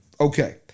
Okay